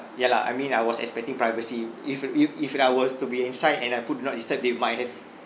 ya lah I mean I was expecting privacy if uh you if I was to be inside and I put do not disturb they might have